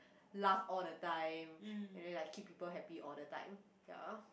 laugh all the time you know like keep people happy all the time ya